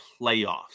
playoffs